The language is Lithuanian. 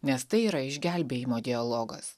nes tai yra išgelbėjimo dialogas